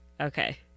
Okay